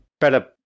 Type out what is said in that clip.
better